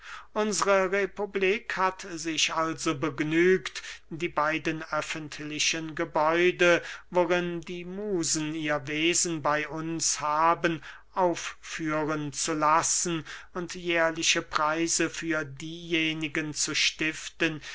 unsre republik hat sich also begnügt die beiden öffentlichen gebäude worin die musen ihr wesen bey uns haben aufführen zu lassen und jährliche preise für diejenigen zu stiften